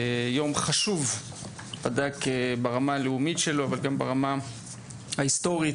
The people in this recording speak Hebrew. זה הוא יום חשוב גם ברמה ההיסטורית וגם ברמה הלאומית שלו.